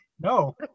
no